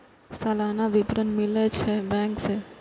सलाना विवरण मिलै छै बैंक से?